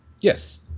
Yes